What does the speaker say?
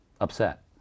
upset